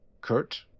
Kurt